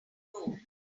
doe